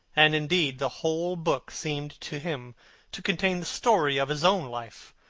and, indeed, the whole book seemed to him to contain the story of his own life,